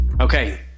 Okay